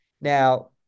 Now